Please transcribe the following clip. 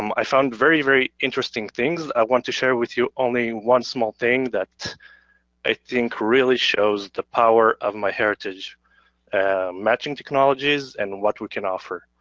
um i found very, very interesting things. i want to share with you only one small thing that i think really shows the power of myheritage matching technologies and what we can offer.